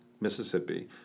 Mississippi